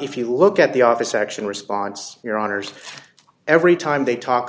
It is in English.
if you look at the office action response your honour's every time they talk